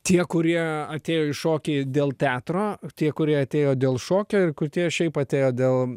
tie kurie atėjo į šokį dėl teatro tie kurie atėjo dėl šokio ir kur tie šiaip atėjo dėl